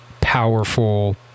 powerful